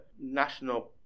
national